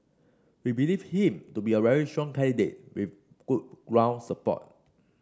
we believe him to be a very strong candidate with good ground support